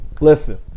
Listen